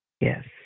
Yes